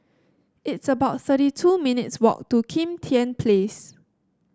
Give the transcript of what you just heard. it's about thirty two minutes' walk to Kim Tian Place